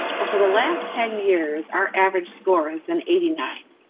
well, for the last ten years, our average score has been eighty nine.